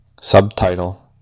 subtitle